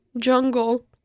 Jungle